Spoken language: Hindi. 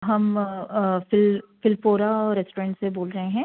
हम फ़िल फ़िलफ़ोरा रेस्टोरेंट से बोल रहे हैं